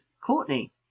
Courtney